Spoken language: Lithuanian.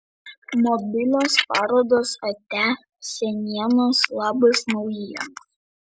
mobilios parodos atia senienos labas naujienos